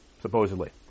supposedly